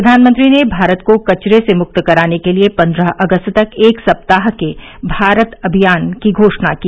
प्रधानमंत्री ने भारत को कचरे से मुक्त कराने के लिए पन्द्रह अगस्त तक एक सप्ताह के अभियान की घोषणा की